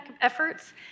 efforts